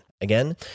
Again